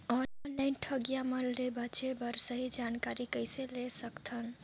Online ठगईया मन ले बांचें बर सही जानकारी कइसे ले सकत हन?